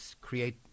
create